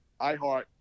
iHeart